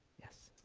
yes.